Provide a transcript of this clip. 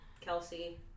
Kelsey